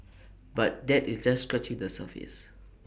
but that is just scratching the surface